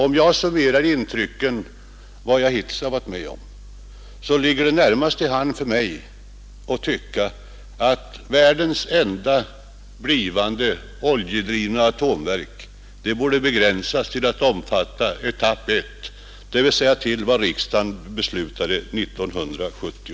Om jag summerar intrycken av vad jag hittills har varit med om ligger det närmast till hands för mig att tycka att världens enda blivande oljedrivna atomverk borde begränsas till att omfatta etapp 1, dvs. till vad riksdagen beslutade 1970.